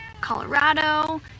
Colorado